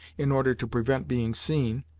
in order to prevent being seen,